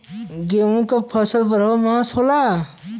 गेहूं की फसल बरहो मास होला